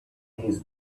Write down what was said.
his